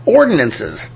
ordinances